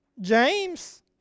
James